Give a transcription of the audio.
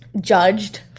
judged